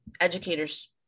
educators